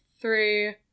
three